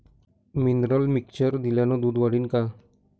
Mineral mixture दिल्यानं दूध वाढीनं का?